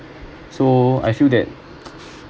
so I feel that